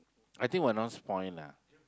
I think will not spoil lah